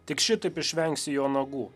tik šitaip išvengsi jo nagų